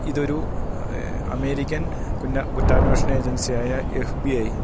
ഇതൊരു അമേരിക്കൻ കുറ്റാന്വേഷണ ഏജൻസിയായ എഫ് ബി ഐ